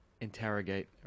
interrogate